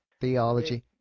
theology